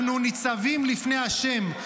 אנחנו ניצבים לפני השם.